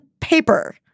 paper